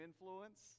influence